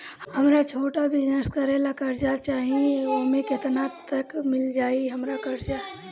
हमरा छोटा बिजनेस करे ला कर्जा चाहि त ओमे केतना तक मिल जायी हमरा कर्जा?